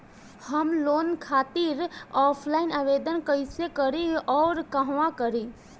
हम लोन खातिर ऑफलाइन आवेदन कइसे करि अउर कहवा करी?